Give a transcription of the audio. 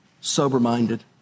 sober-minded